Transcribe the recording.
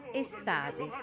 estate